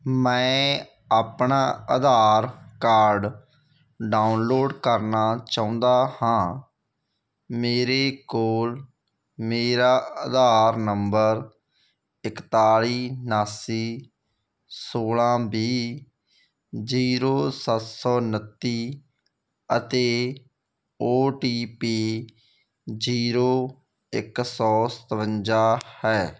ਮੈਂ ਆਪਣਾ Aadhaar card download ਕਰਨਾ ਚਾਹੁੰਦਾ ਹਾਂ ਮੇਰੇ ਕੋਲ ਮੇਰਾ ਆਧਾਰ ਨੰਬਰ ਇਕਤਾਲੀ ਉਣਾਸੀ ਸੌਲਾਂ ਵੀਹ ਜ਼ੀਰੋ ਸੱਤ ਸੌ ਉਨੱਤੀ ਅਤੇ ਓ ਟੀ ਪੀ ਜ਼ੀਰੋ ਇੱਕ ਸੌ ਸਤਵੰਜਾ ਹੈ